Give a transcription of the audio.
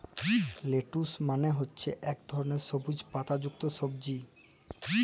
lettuce মালে হছে ইক ধরলের সবুইজ পাতা যুক্ত সবজি